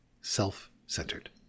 self-centered